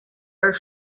are